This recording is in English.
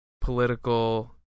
political